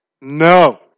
No